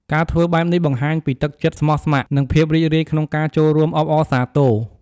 ការធ្វើបែបនេះបង្ហាញពីទឹកចិត្តស្មោះស្ម័គ្រ និងភាពរីករាយក្នុងការចូលរួមអបអរសាទរ។